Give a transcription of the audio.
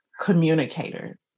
communicator